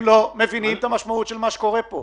הם לא מבינים את המשמעות של מה שקורה פה,